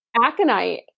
Aconite